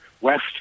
West